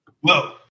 Whoa